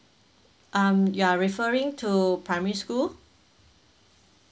um ya referring to primary school